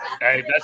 Hey